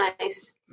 Nice